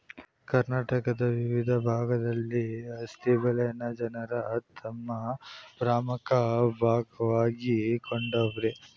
ಕರ್ನಾಟಕದ ವಿವಿದ್ ಭಾಗ್ದಲ್ಲಿ ಹತ್ತಿ ಬೆಳೆನ ಜನರು ತಮ್ ಪ್ರಮುಖ ಭಾಗವಾಗ್ಸಿಕೊಂಡವರೆ